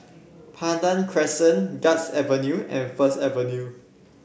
Pandan Crescent Guards Avenue and First Avenue